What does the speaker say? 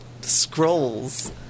scrolls